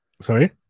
Sorry